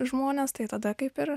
žmonės tai tada kaip ir